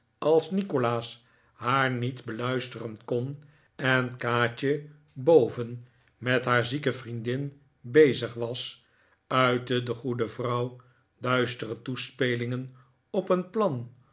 als nikolaas haar niet beluisteren kon en kaatje boven met haar zieke vriendin bezig was uitte de goede vrouw duistere toespelingen op een plan